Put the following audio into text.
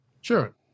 sure